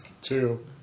two